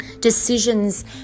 decisions